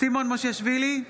סימון מושיאשוילי,